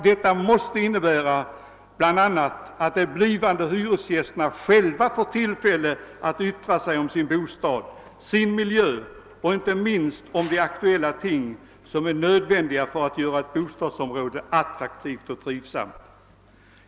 Detta måste bl.a. innebära att de blivande hyresgästerna själva får tillfälle att yttra sig om sin bostad, sin miljö och inte minst om de aktuella ting, som är nödvändiga för att göra ett bostadsområde attraktivt och trivsamt.